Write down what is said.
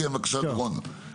כן בבקשה דורון.